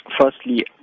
firstly